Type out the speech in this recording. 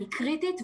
היא קריטית.